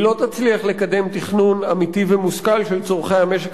היא לא תצליח לקדם תכנון אמיתי ומושכל של צורכי המשק